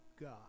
God